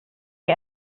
wie